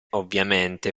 ovviamente